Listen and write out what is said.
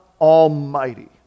almighty